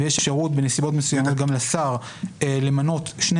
ויש אפשרות בנסיבות מסוימות גם לשר למנות שני